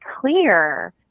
clear